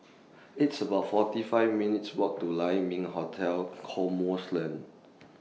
It's about forty five minutes' Walk to Lai Ming Hotel